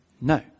No